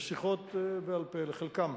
בשיחות בעל-פה, לחלקם,